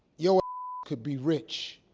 your could be rich.